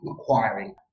acquiring